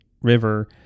River